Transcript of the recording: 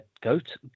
goat